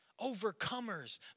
overcomers